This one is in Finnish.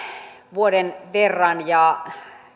vuoden verran ja